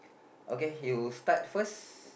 okay you start first